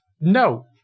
No